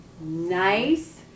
Nice